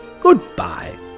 Goodbye